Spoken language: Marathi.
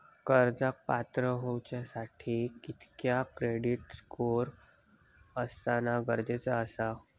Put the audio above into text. कर्जाक पात्र होवच्यासाठी कितक्या क्रेडिट स्कोअर असणा गरजेचा आसा?